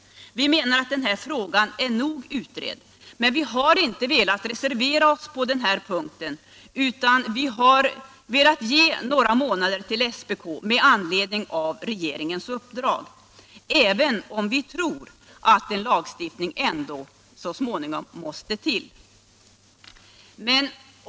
Vi menar att den här frågan är tillräckligt utredd. Vi har emellertid inte velat reservera oss på denna punkt utan vi har velat ge SPK några månader för att utföra regeringens uppdrag, även om vi tror att en lagstiftning ändå så småningom blir nödvändig.